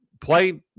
play